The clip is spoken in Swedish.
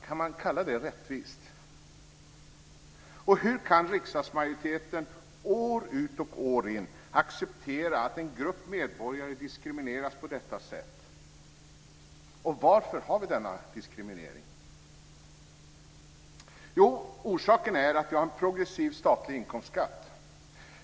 Kan man kalla detta rättvist? Hur kan riksdagsmajoriteten år ut och år in acceptera att en grupp medborgare diskrimineras på detta sätt? Varför har vi denna diskriminering? Jo, orsaken är att vi har en progressiv statlig inkomstskatt.